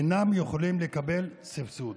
אינם יכולים לקבל סבסוד.